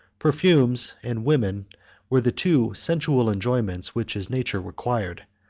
perfumes and women were the two sensual enjoyments which his nature required,